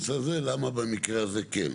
הנושא הזה למה במקרה הזה כן?